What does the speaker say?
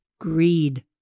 greed